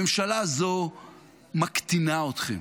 הממשלה הזו מקטינה אתכם.